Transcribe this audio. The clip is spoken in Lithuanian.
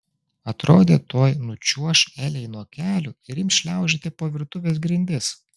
atrodė tuoj nučiuoš elei nuo kelių ir ims šliaužioti po virtuvės grindis